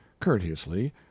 courteously